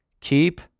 keep